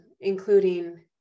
including